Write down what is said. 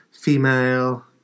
female